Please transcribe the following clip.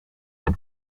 vous